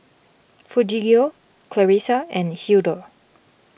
Refugio Clarissa and Hildur